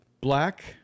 Black